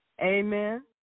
Amen